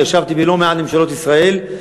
וישבתי בלא מעט ממשלות ישראל.